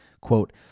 quote